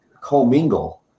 co-mingle